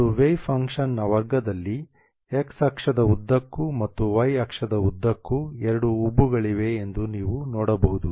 ಮತ್ತು ವೇವ್ ಫಂಕ್ಷನ್ನ ವರ್ಗದಲ್ಲಿ x ಅಕ್ಷದ ಉದ್ದಕ್ಕೂ ಮತ್ತು y ಅಕ್ಷದ ಉದ್ದಕ್ಕೂ ಎರಡು ಉಬ್ಬುಗಳಿವೆ ಎಂದು ನೀವು ನೋಡಬಹುದು